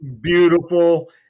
beautiful